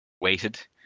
weighted